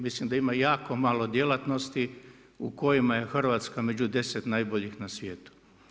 Mislim da ima jako malo djelatnosti u kojima je Hrvatska među 10 najboljih na svijetu.